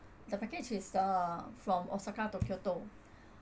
the package is uh the from osaka to kyoto